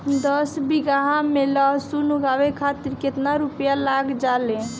दस बीघा में लहसुन उगावे खातिर केतना रुपया लग जाले?